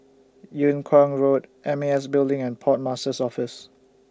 Yung Kuang Road M A S Building and Port Master's Office